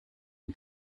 and